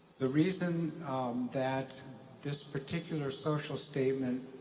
the reason that this particular social statement